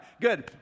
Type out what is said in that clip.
good